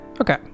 okay